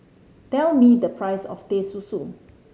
tell me the price of Teh Susu